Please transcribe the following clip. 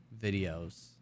videos